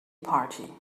party